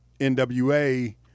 NWA